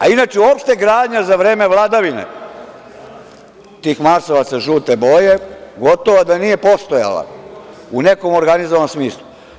Inače, uopšte gradnja za vreme vladavine tih marsovaca žute boje gotovo da nije postojala u nekom organizovanom smislu.